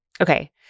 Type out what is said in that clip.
Okay